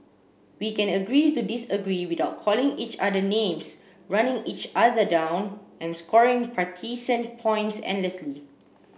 we can agree to disagree without calling each other names running each other down and scoring partisan points endlessly